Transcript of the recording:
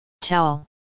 Towel